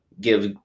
give